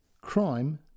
Crime